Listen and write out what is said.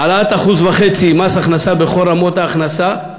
העלאת 1.5% במס הכנסה בכל רמות ההכנסה,